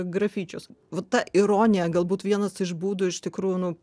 grafičius va ta ironija galbūt vienas iš būdų iš tikrųjų nu